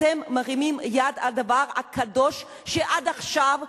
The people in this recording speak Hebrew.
אתם מרימים יד על הדבר הקדוש שעד עכשיו,